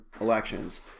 elections